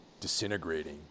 disintegrating